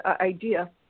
idea